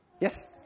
yes